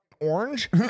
orange